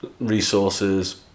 resources